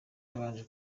yabanje